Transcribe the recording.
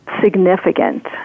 significant